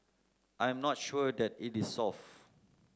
I am not sure that it is solved